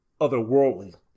otherworldly